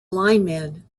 lineman